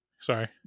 Sorry